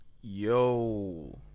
Yo